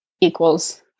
equals